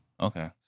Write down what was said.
okay